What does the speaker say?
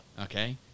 Okay